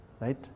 right